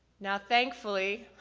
now thankfully,